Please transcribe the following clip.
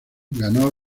ganó